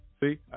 see